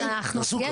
תעשו קמפיין.